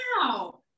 wow